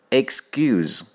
excuse